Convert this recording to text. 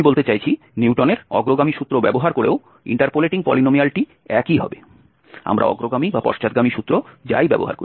আমি বলতে চাইছি নিউটনের অগ্রগামী সূত্র ব্যবহার করেও ইন্টারপোলেটিং পলিনোমিয়ালটি একই হবে আমরা অগ্রগামী বা পশ্চাৎগামী সূত্র যাই ব্যবহার করি